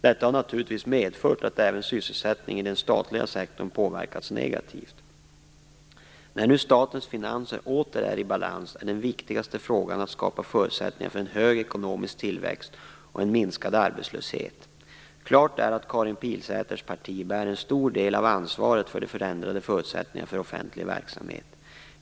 Detta har naturligtvis medfört att även sysselsättningen i den statliga sektorn påverkats negativt. När nu statens finanser åter är i balans, är den viktigaste frågan att skapa förutsättningar för en hög ekonomisk tillväxt och en minskad arbetslöshet. Klart är att Karin Pilsäters parti bär en stor del av ansvaret för de förändrade förutsättningarna för offentlig verksamhet.